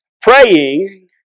praying